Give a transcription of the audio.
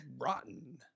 rotten